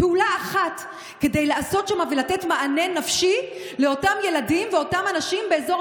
פעולה אחת כדי לתת מענה נפשי לאותם ילדים ואותם אנשים באזור